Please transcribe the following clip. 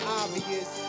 obvious